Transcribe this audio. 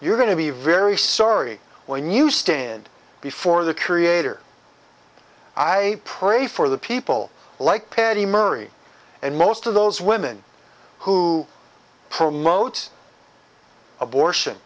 you're going to be very sorry when you stand before the creator i pray for the people like patty murray and most of those women who promote abortion